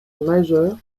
majeur